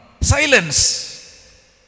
Silence